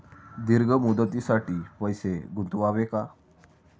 दीर्घ मुदतीसाठी पैसे गुंतवावे का?